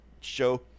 show